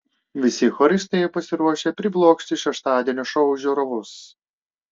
visi choristai pasiruošę priblokšti šeštadienio šou žiūrovus